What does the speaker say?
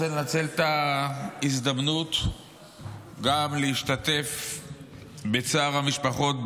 אני רוצה לנצל את ההזדמנות להשתתף בצער המשפחות,